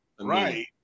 Right